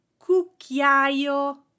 cucchiaio